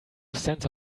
sense